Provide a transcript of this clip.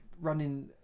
running